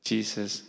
Jesus